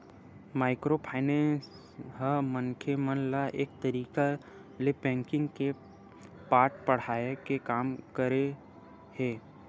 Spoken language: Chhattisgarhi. माइक्रो फायनेंस ह मनखे मन ल एक तरिका ले बेंकिग के पाठ पड़हाय के काम करे हे